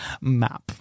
map